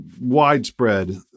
widespread